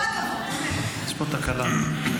כל הכבוד, באמת.